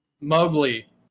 mowgli